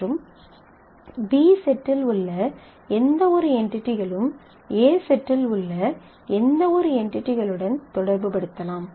மற்றும் B செட்டில் உள்ள எந்தவொரு என்டிடிகளும் A செட்டில் உள்ள எந்தவொரு என்டிடிகளுடனும் தொடர்புபடுத்தலாம்